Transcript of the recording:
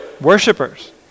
worshippers